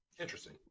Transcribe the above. Interesting